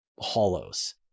hollows